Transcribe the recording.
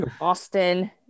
Austin